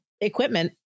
equipment